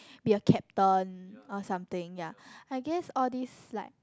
be a captain or something ya I guess all these like